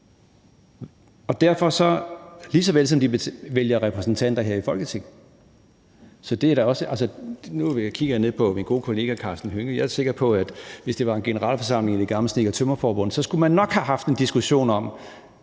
gør de da – lige så vel som de vælger repræsentanter her til Folketinget. Nu kigger jeg ned på min gode kollega hr. Karsten Hønge, og jeg er sikker på, at hvis det var en generalforsamling i det gamle Snedker- og Tømrerforbundet, skulle man nok have haft en diskussion på